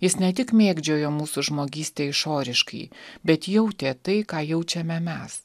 jis ne tik mėgdžiojo mūsų žmogystę išoriškai bet jautė tai ką jaučiame mes